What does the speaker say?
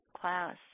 class